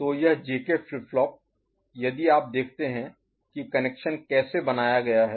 तो यह JK flip flop यदि आप देखते हैं कि कनेक्शन कैसे बनाया गया है